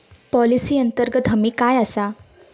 Policy अंतर्गत हमी काय आसा?